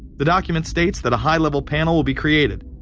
the document states that a high level panel will be created.